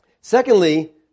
Secondly